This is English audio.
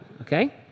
okay